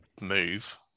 move